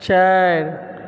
चारि